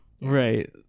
Right